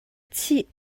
chih